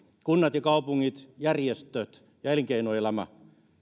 kunnat ja kaupungit järjestöt ja elinkeinoelämä